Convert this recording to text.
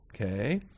Okay